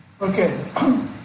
Okay